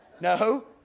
No